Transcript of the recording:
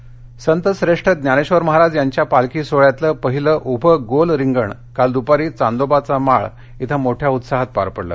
पालखी सातारा संतश्रेष्ठ ज्ञानेश्वर महाराज यांच्या पालखी सोहोळ्यातलं पहिलं उभं गोल रिंगण काल दुपारी चांदोबाचा माळ इथं मोठ्या उत्साहात पार पडलं